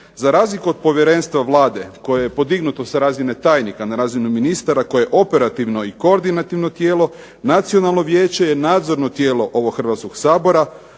Za razliku od povjerenstva Vlade, koje je podignuto sa razine tajnika na razinu ministara koje je operativno i koordinativno tijelo, nacionalno vijeće je nadzorno tijelo ovog Hrvatskog sabora,